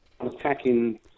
attacking